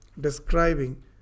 describing